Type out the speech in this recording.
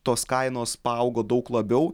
tos kainos paaugo daug labiau